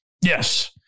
Yes